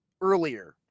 earlier